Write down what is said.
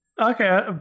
Okay